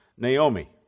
Naomi